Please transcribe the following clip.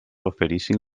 oferissin